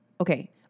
Okay